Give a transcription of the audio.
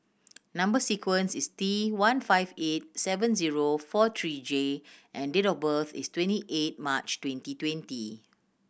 number sequence is T one five eight seven zero four three J and date of birth is twenty eight March twenty twenty